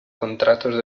contratos